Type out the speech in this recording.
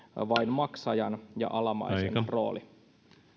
vain maksajan ja alamaisen rooli